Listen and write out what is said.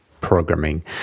programming